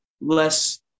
less